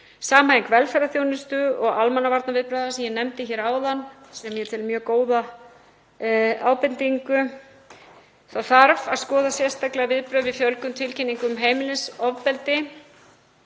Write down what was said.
samhæfing velferðarþjónustu og almannavarnaviðbragða sem ég nefndi hér áðan, sem ég tel mjög góða ábendingu. Það þarf að skoða sérstaklega viðbrögð við fjölgun tilkynninga um heimilisofbeldi.